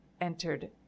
entered